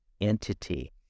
entity